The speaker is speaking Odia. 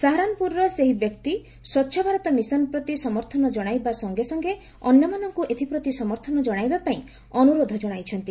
ସାହାରାନପୁରର ସେହି ବ୍ୟକ୍ତି ସ୍ୱଚ୍ଚଭାରତ ମିଶନ ପ୍ରତି ସମର୍ଥନ ଜଣାଇବା ସଙ୍ଗେ ସଙ୍ଗେ ଅନ୍ୟମାନଙ୍କୁ ଏଥିପ୍ରତି ସମର୍ଥନ ଜଣାଇବା ପାଇଁ ଅନୁରୋଧ ଜଣାଇଛନ୍ତି